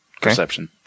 perception